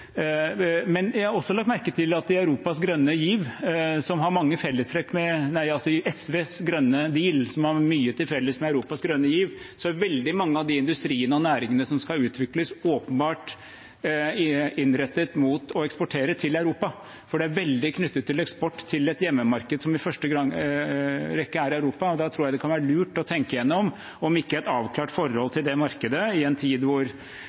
Men jeg har også lagt merke til at i SVs grønne deal, som har mye til felles med Europas grønne giv, er veldig mange av de industriene og næringene som skal utvikles, åpenbart innrettet mot å eksportere til Europa. Det er veldig knyttet til eksport til et hjemmemarked som i første rekke er Europa. Da tror jeg det kan være lurt å tenke gjennom om ikke et avklart forhold til det markedet – i en tid hvor